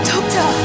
Doctor